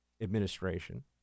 Administration